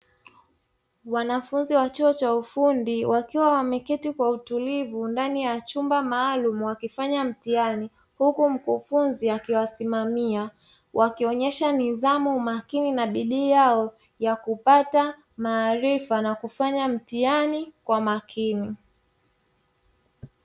Wanafunzi wa chuo cha ufundi wakiwa wameketi kwa utulivu ndani ya chumba maalumu wakifanya mtihani, huku mkufunzi akiwasimamia, wakionyesha nidhamu makini na bidii yao ya kupata maarifa na kufanya mtihani kwa makini.